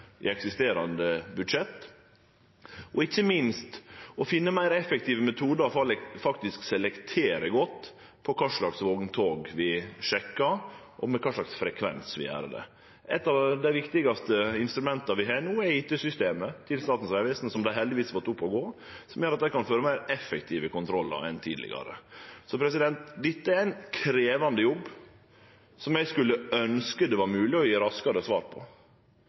i eksisterande budsjett, og ikkje minst må vi finne meir effektive metodar for å selektere godt kva slags vogntog vi sjekkar, og med kva for frekvens vi gjer det. Eit av dei viktigaste instrumenta vi har no, er IT-systemet til Statens vegvesen, som dei heldigvis har fått opp og gå, som gjer at dei kan føre meir effektive kontrollar enn tidlegare. Så dette er ein krevjande jobb, og eg skulle ønskje det var mogleg å gje raskare svar,